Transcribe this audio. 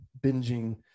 binging